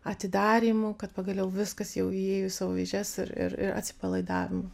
atidarymu kad pagaliau viskas jau įėjo į savo vėžes ir ir atsipalaidavimu